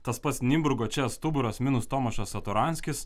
tas pats nimburgo čia stuburas minus tomašas satoranskis